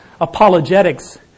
apologetics